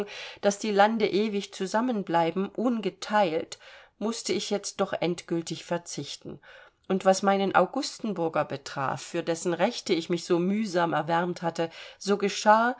daß die lande ewig zusammen bleiben ungeteilt mußte ich jetzt doch endgültig verzichten und was meinen augustenburger betraf für dessen rechte ich mich so mühsam erwärmt hatte so geschah